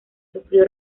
sufrió